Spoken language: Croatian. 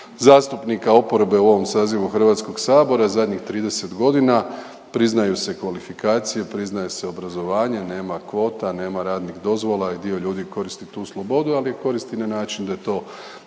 zastupnika oporbe u ovom sazivu Hrvatskog sabora. Zadnjih 30 godina priznaju se kvalifikacije, priznaje se obrazovanje, nema kvota, nema radnih dozvola i dio ljudi koristi tu slobodu, ali koristi na način da je to